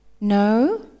No